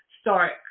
start